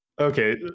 Okay